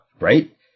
Right